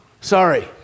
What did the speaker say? sorry